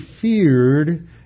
feared